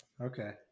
Okay